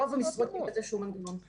את